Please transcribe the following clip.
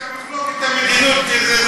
עזוב את המחלוקת המדינית.